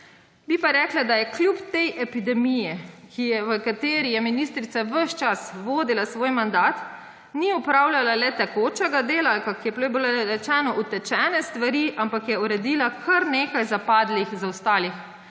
Bi pa rekla, da kljub tej epidemiji, v kateri je ministrica ves čas vodila svoj mandat, ni opravljala le tekočega dela, ali kakor je bilo rečeno, utečenih stvari, ampak je uredila kar nekaj zapadlih. Zakoni,